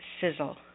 sizzle